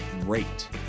great